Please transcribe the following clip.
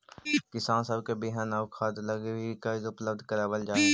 किसान सब के बिहन आउ खाद लागी भी कर्जा उपलब्ध कराबल जा हई